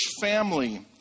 family